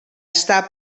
està